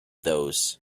those